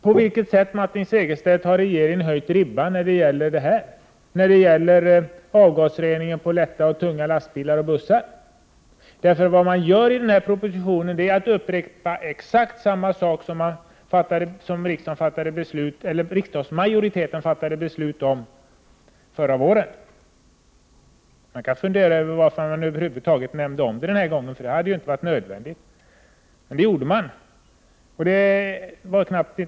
På vilket sätt, Martin Segerstedt, har regeringen höjt ribban när det gäller avgasreningen på lätta och tunga lastbilar och på bussar? Vad man gör i denna proposition är att man upprepar exakt samma sak som riksdagsmajoriteten fattade beslut om förra året. Man kan fundera över varför detta över huvud taget nämns den här gången. Det hade ju inte varit nödvändigt. Inte en stavelse har ändrats.